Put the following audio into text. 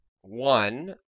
One